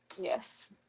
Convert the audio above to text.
Yes